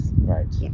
Right